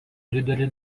didelį